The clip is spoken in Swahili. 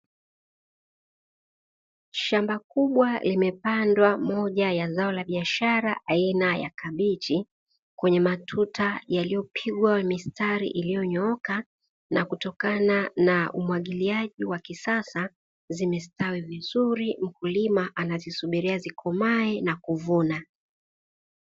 Shamba kubwa limepandwa moja ya zao la biashara aina ya kabichi, kwenye matuta yaliopigwa mistari iliyonyooka na kutokana na umwagiliaji wa kisasa, zimestawi vizuri mkulima anazisubiria zikomae na kuvunwa.